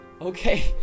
Okay